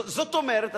זאת אומרת,